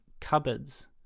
cupboards